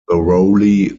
thoroughly